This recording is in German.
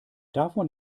davon